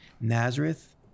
Nazareth